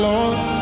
Lord